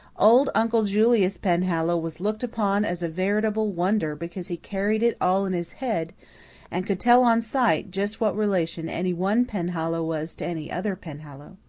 old uncle julius penhallow was looked upon as a veritable wonder because he carried it all in his head and could tell on sight just what relation any one penhallow was to any other penhallow.